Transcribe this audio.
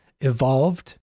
evolved